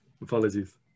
Apologies